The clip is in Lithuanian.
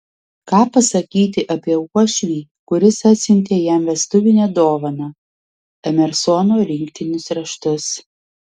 ką pasakyti apie uošvį kuris atsiuntė jam vestuvinę dovaną emersono rinktinius raštus